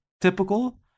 typical